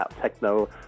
techno